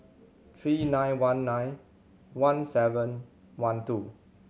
three nine one nine one seven one two